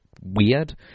weird